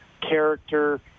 character